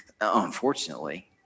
unfortunately